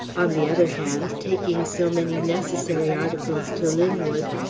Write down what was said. on the other hand, taking so many necessary articles to linwood,